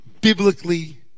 biblically